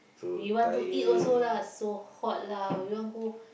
we want to eat also lah so hot lah we want go